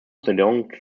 zedong